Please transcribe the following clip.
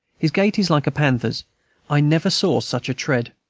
his gait is like a panther's i never saw such a tread.